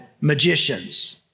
magicians